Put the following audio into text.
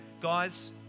guys